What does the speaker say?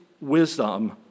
wisdom